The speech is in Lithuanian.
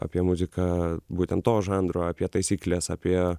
apie muziką būtent to žanro apie taisykles apie